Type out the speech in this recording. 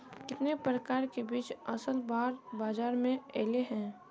कितने प्रकार के बीज असल बार बाजार में ऐले है?